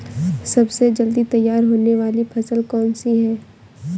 सबसे जल्दी तैयार होने वाली फसल कौन सी है?